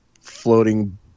floating